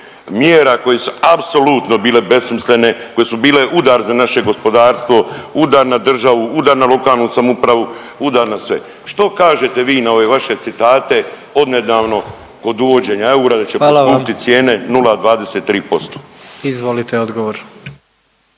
mjera koje su apsolutno bile besmislene, koje su bile udar na naše gospodarstvo, udar na državu, udar na lokalnu samoupravu, udar na sve. Što kažete vi na ove vaše citate odnedavno kod uvođenja eura…/Upadica predsjednik: Hvala vam/…